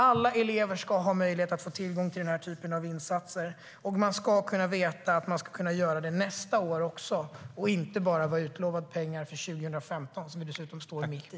Alla elever ska ha möjlighet att få tillgång till denna typ av insatser, och man ska kunna veta att man ska få det nästa år också och inte bara vara utlovad pengar för 2015, som vi dessutom står mitt i.